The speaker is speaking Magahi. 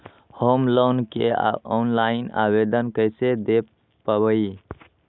होम लोन के ऑनलाइन आवेदन कैसे दें पवई?